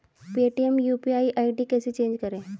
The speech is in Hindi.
पेटीएम यू.पी.आई आई.डी कैसे चेंज करें?